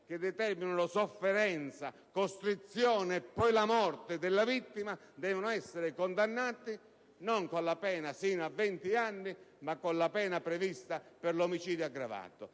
che determinano sofferenza, costrizione e poi la morte della vittima, devono essere condannati non con la pena sino a venti anni, ma con la pena prevista per l'omicidio aggravato,